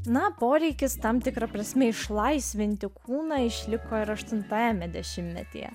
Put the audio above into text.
na poreikis tam tikra prasme išlaisvinti kūną išliko ir aštuntajame dešimtmetyje